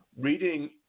reading